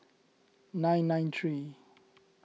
nine nine three